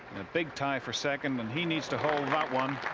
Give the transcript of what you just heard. big tie for second. and he needs to hold that one.